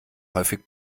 häufig